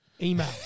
Email